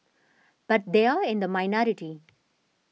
but they are in the minority